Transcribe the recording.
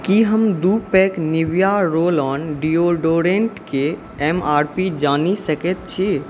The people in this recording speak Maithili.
कि हम दुइ पैक निविआ रोल ऑन डिओडोरेन्टके एम आर पी जानि सकै छी